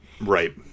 Right